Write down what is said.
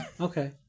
okay